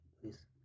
please